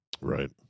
Right